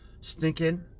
stinking